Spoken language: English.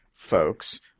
Folks